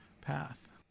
path